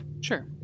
Sure